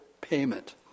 payment